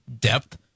Depth